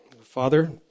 Father